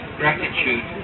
gratitude